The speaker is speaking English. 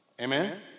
Amen